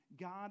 God